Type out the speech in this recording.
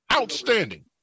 outstanding